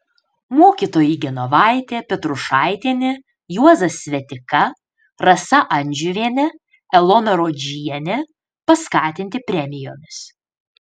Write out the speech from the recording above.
mokytojai genovaitė petrušaitienė juozas svetika rasa andžiuvienė elona rodžienė paskatinti premijomis